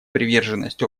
приверженность